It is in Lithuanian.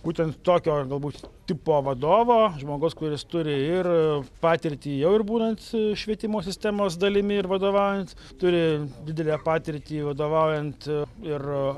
būtent tokio galbūt tipo vadovo žmogaus kuris turi ir patirtį jau ir būnant švietimo sistemos dalimi ir vadovaujant turi didelę patirtį vadovaujant ir